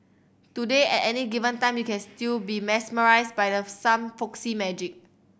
today at any given time you can still be mesmerised by the some folksy magic